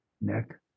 nick